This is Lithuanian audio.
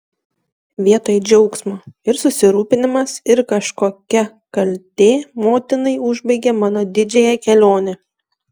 vietoj džiaugsmo ir susirūpinimas ir kažkokia kaltė motinai užbaigė mano didžiąją kelionę